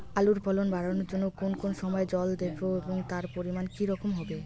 আলুর ফলন বাড়ানোর জন্য কোন কোন সময় জল দেব এবং তার পরিমান কি রকম হবে?